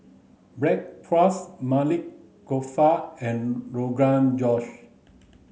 Bratwurst Maili Kofta and Rogan Josh